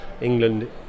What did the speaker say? England